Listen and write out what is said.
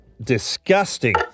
disgusting